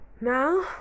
Now